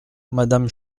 madame